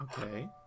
Okay